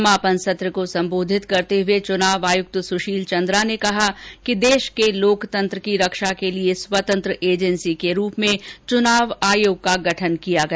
समापन सत्र को संबोधित करते हुए चुनाव आयुक्त सुशील चंद्रा ने कहा देश के लोकतंत्र की रक्षा के लिए स्वतंत्र एजेंसी के रूप में चुनाव आयोग का गठन किया गया